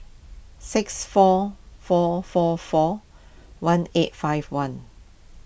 six four four four one eight five one